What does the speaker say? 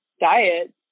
diet